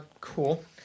cool